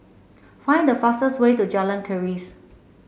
find the fastest way to Jalan Keris